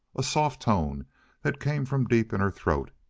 a soft tone that came from deep in her throat.